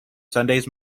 sundays